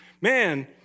Man